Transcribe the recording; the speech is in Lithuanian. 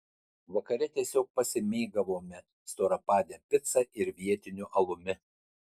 vakare tiesiog pasimėgavome storapade pica ir vietiniu alumi